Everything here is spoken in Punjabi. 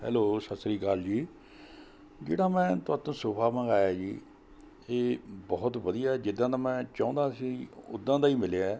ਹੈਲੋ ਸਤਿ ਸ਼੍ਰੀ ਅਕਾਲ ਜੀ ਜਿਹੜਾ ਮੈਂ ਤੁਹਾਤੋਂ ਸੋਫਾ ਮੰਗਵਾਇਆ ਜੀ ਇਹ ਬਹੁਤ ਵਧੀਆ ਜਿੱਦਾਂ ਦਾ ਮੈਂ ਚਾਹੁੰਦਾ ਸੀ ਉੱਦਾਂ ਦਾ ਹੀ ਮਿਲਿਆ